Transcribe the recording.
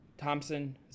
Thompson